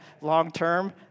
long-term